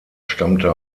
stammte